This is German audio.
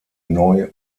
neu